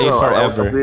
forever